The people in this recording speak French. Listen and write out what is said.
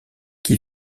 qui